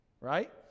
Right